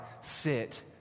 sit